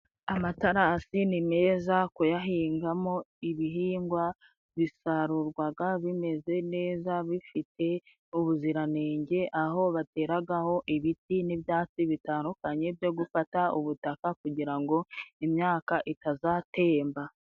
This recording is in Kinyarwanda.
Amatarasi ni meza kuyahingamo ibihingwa bisarurwaga bimeze neza bifite ubuziranenge aho bateragaho ibiti n'ibyatsi bitandukanye byo gufata ubutaka kugira ngo imyaka itazatemba.